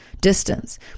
distance